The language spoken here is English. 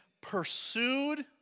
pursued